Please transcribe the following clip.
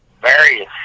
various